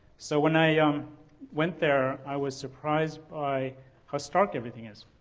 so when i um went there i was surprised by how stark everything is.